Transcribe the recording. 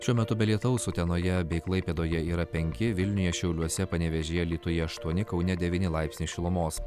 šiuo metu be lietaus utenoje bei klaipėdoje yra penki vilniuje šiauliuose panevėžyje alytuje aštuoni kaune devyni laipsniai šilumos